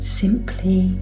simply